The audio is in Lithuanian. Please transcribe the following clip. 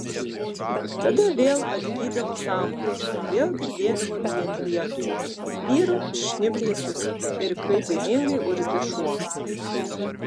tada vėl atgydavo sąmonė vėl girdėdavo lyjant lietų vyrų šnibždesius ir kaip baimingai urzgia šuo